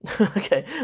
Okay